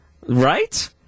Right